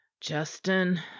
Justin